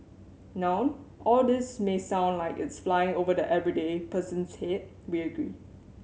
now all this may sound like it's flying over the everyday person's head we agree